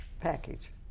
package